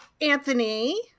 Anthony